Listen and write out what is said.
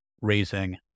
raising